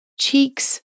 cheeks